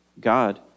God